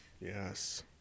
Yes